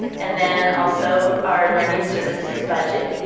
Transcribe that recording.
and then also our learning services budget.